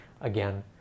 again